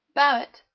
barrett?